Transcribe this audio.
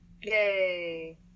Yay